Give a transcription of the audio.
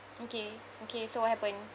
okay okay so what happened